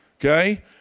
Okay